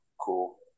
cool